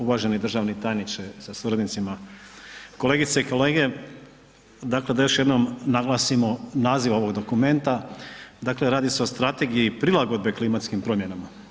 Uvaženi državni tajnice sa suradnicima, kolegice i kolege dakle da još jednom naglasimo naziv ovog dokumenta dakle radi se o Strategiji prilagodbe klimatskim promjenama.